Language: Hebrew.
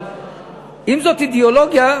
אבל אם זאת אידיאולוגיה,